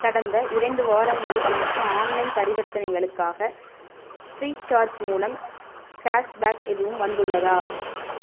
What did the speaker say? கடந்த இரண்டு வாரங்களில் எனக்கு ஆன்லைன் பரிவர்த்தனைகளுக்காக ஃப்ரீசார்ஜ் மூலம் கேஷ்பேக் எதுவும் வந்துள்ளதா